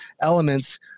elements